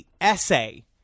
essay